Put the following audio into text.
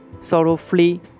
sorrowfully